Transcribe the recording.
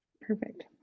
Perfect